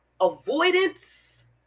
avoidance